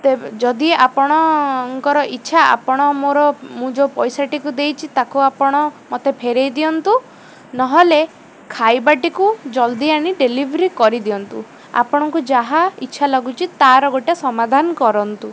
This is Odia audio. ତେବେ ଯଦି ଆପଣଙ୍କର ଇଚ୍ଛା ଆପଣ ମୋର ମୁଁ ଯେଉଁ ପଇସାଟିକୁ ଦେଇଛି ତାକୁ ଆପଣ ମୋତେ ଫେରାଇ ଦିଅନ୍ତୁ ନହେଲେ ଖାଇବାଟିକୁ ଜଲ୍ଦି ଆଣି ଡେଲିଭରି କରିଦିଅନ୍ତୁ ଆପଣଙ୍କୁ ଯାହା ଇଚ୍ଛା ଲାଗୁଛି ତା'ର ଗୋଟେ ସମାଧାନ କରନ୍ତୁ